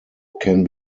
can